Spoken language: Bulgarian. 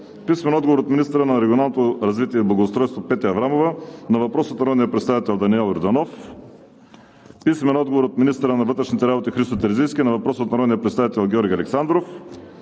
Недялков; - министъра на регионалното развитие и благоустройството Петя Аврамова на въпрос от народния представител Даниел Йорданов; - министъра на вътрешните работи Христо Терзийски на въпрос от народния представител Георги Александров;